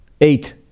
Eight